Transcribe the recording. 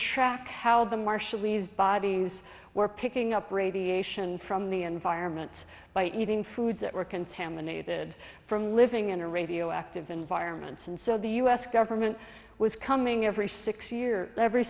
marshallese bodies were picking up radiation from the environment by eating foods that were contaminated from living in a radioactive environments and so the u s government was coming every six year every